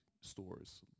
stores